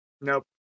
nope